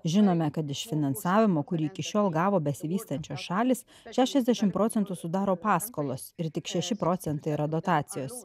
žinome kad iš finansavimo kurį iki šiol gavo besivystančios šalys šešiasdešimt procentų sudaro paskolos ir tik šeši procentai yra dotacijos